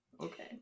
Okay